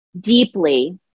deeply